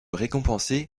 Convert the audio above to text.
récompenser